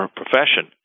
profession